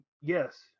Yes